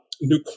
new